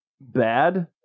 bad